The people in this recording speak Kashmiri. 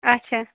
اچھا